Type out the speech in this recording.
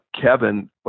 kevin